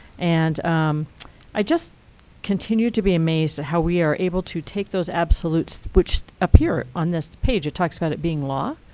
and i just continue to be amazed at how we are able to take those absolutes, which appear on this page it talks about it being law,